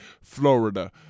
Florida